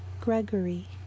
Gregory